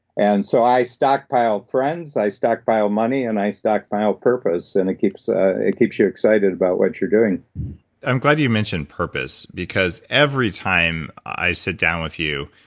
and so, i stockpile friends, i stockpile money, and i stockpile purpose, and it keeps ah it keeps you excited about what you're doing i'm glad you you mentioned purpose, because every time i sit down with you,